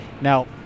Now